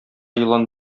елан